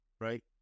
Right